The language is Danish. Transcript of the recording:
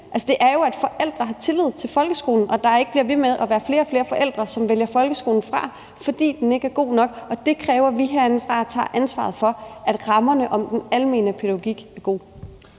det, at forældrene har tillid til folkeskolen, og at der ikke bliver ved med at være flere og flere forældre, som vælger folkeskolen fra, fordi den ikke er god nok. Og det kræver, at vi herindefra tager ansvaret for, at rammerne om den almene pædagogik er gode.